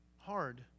Hard